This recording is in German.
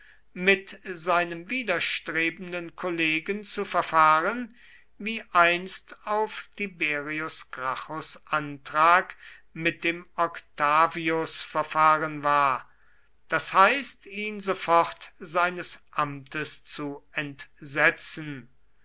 mit seinem widerstrebenden kollegen zu verfahren wie einst auf tiberius gracchus antrag mit dem octavius verfahren war das heißt ihn sofort seines amtes zu entsetzen